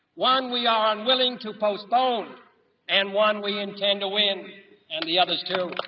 one we are unwilling to postpone and one we intend to win, and the others too